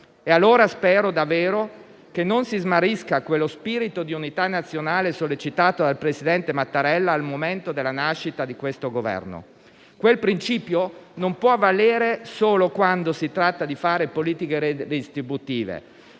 Spero quindi davvero che non si smarrisca quello spirito di unità nazionale sollecitato dal presidente Mattarella al momento della nascita di questo Governo. Quel principio non può valere solo quando si tratta di fare politiche redistributive,